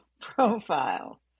profile